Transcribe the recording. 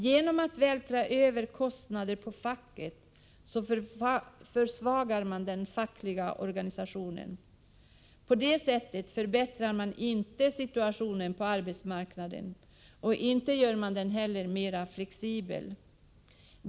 Genom att vältra över kostnader på facket försvagar man den fackliga organisationen. Jag vill framhålla att det inte är på det sättet man förbättrar situationen på arbetsmarknaden. Inte heller blir arbetsmarknaden därmed mera flexibel.